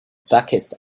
buckets